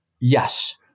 Yes